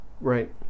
Right